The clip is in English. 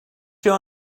your